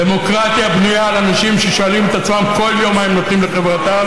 דמוקרטיה בנויה על אנשים ששואלים את עצמם כל יום מה הם נותנים לחברתם,